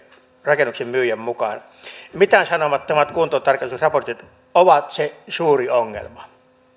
rakennuksen myyjän mukaan mitäänsanomattomat kuntotarkastusraportit ovat se suuri ongelma